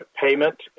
payment